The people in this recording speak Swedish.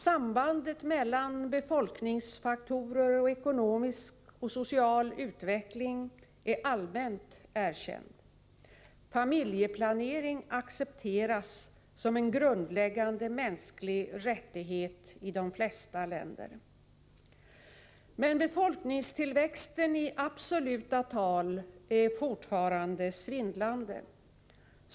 Sambandet mellan befolkningsfaktorer och ekonomisk och social utveckling är allmänt erkänt. Familjeplanering accepteras som en grundläggande mänsklig rättighet i de flesta länder. Men befolkningstillväxten i absoluta tal är fortfarande svindlande.